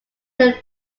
then